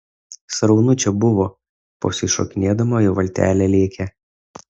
sraunu čia buvo pasišokinėdama jo valtelė lėkė